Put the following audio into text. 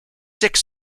six